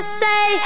say